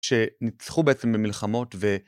שניצחו בעצם במלחמות ו...